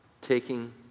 Taking